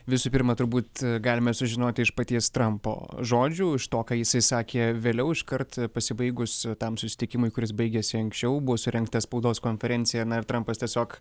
visų pirma turbūt galime sužinoti iš paties trampo žodžių iš to ką jisai sakė vėliau iškart pasibaigus tam susitikimui kuris baigiasi anksčiau buvo surengta spaudos konferencija na ir trampas tiesiog